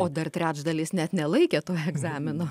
o dar trečdalis net nelaikė to egzamino